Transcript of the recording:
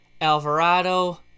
Alvarado